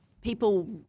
people